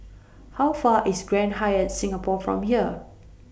How Far IS Grand Hyatt Singapore from here